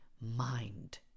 mind